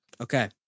Okay